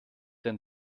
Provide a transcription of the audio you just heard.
denn